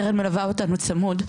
קרן מלווה אותנו צמוד.